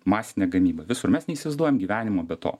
masinė gamyba visur mes neįsivaizduojam gyvenimo be to